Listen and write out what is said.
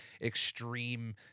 extreme